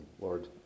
Lord